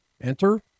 Enter